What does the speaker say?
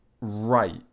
Right